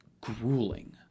grueling